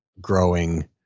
growing